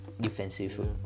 Defensive